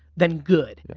then good. yeah